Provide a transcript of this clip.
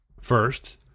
first